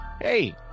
hey